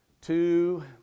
Two